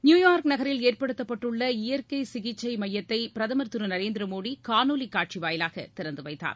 New York நகரில் ஏற்படுத்தப்பட்டுள்ள இயற்கை சிகிச்சை மையத்தை பிரதமர் திரு நரேந்திர மோடி காணொலி காட்சி வாயிலாக திறந்து வைத்தார்